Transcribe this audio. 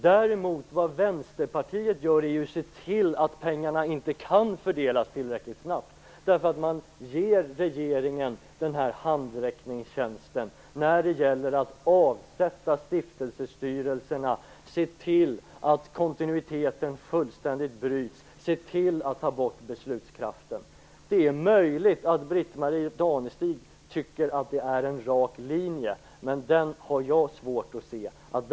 Däremot ser Vänsterpartiet till att pengarna inte kan fördelas tillräckligt snabbt genom att göra regeringen en handräckningstjänst i form av att avskaffa stiftelsestyrelserna, se till att kontinuiteten fullständigt bryts och att ta bort beslutskraften. Det är möjligt att Britt-Marie Danestig-Olofsson tycker att det är en rak linje, men jag har svårt att se den.